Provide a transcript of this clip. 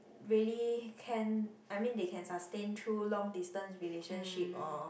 really can I mean they can sustain two long distance relationship or